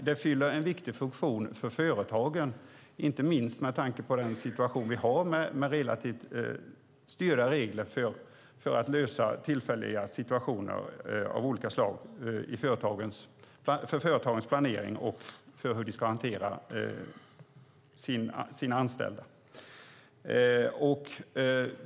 Det fyller också en viktig funktion för företagen, inte minst med tanke på den situation som vi har, med relativt styrda regler för att lösa tillfälliga situationer av olika slag för företagens planering och för hur de ska hantera sina anställda.